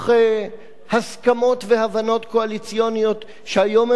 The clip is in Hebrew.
והבנות קואליציוניות שהיום הן באות והיום הן הולכות,